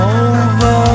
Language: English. over